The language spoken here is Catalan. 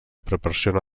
proporciona